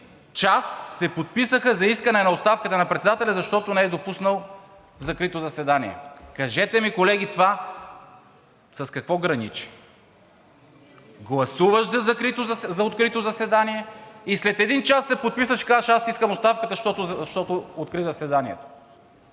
час се подписаха за искане на оставката на председателя, защото не е допуснал закрито заседание! Кажете ми, колеги, това с какво граничи?! Гласуваш за открито заседание, а след един час се подписваш и казваш: аз ти искам оставката, защото откри заседанието!